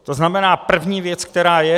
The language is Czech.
To znamená první věc, která je.